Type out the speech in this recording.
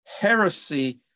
Heresy